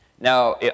Now